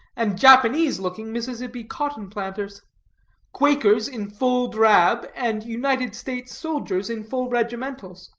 and japanese-looking mississippi cotton-planters quakers in full drab, and united states soldiers in full regimentals